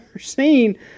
seen